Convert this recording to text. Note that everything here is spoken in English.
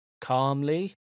Calmly